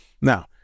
Now